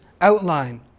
outline